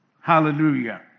Hallelujah